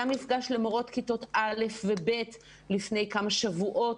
היה מפגש למורות כיתות א' ו-ב' לפני כמה שבועות,